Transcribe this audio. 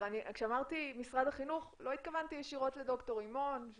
כשאמרתי משרד החינוך לא התכוונתי ישירות לד"ר רימון.